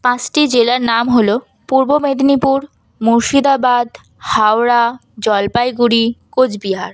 পাঁচটি জেলার নাম হল পূর্ব মেদিনীপুর মুর্শিদাবাদ হাওড়া জলপাইগুড়ি কোচবিহার